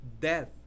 Death